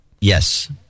Yes